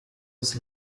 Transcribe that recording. des